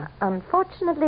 Unfortunately